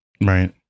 Right